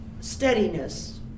steadiness